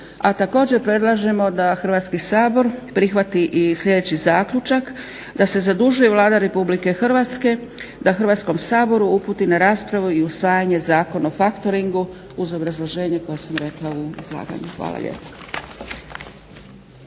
A također predlažemo da Hrvatski sabor prihvati i sljedeći zaključak da se zadužuje Vlada Republike Hrvatske da Hrvatskom saboru uputi na raspravu i usvajanje Zakon o faktoringu uz obrazloženje koje sam rekla u izlaganju. Hvala lijepa.